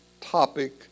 topic